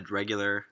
regular